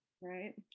right